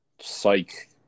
psych